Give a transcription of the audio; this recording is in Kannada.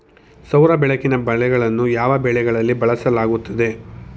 ಸೌರ ಬೆಳಕಿನ ಬಲೆಗಳನ್ನು ಯಾವ ಬೆಳೆಗಳಲ್ಲಿ ಬಳಸಲಾಗುತ್ತದೆ?